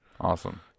Awesome